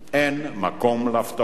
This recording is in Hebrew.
אין מקום להפתעות.